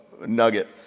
nugget